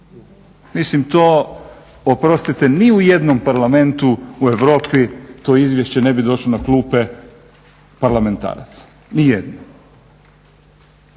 Mislim to oprostite ni u jednom parlamentu u Europi to izvješće ne bi došlo na klupe parlamentaraca, ni jednom.